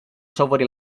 software